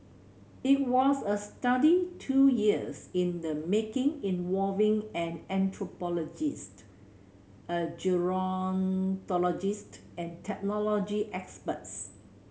it was a study two years in the making involving an anthropologist a gerontologist and technology experts